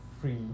free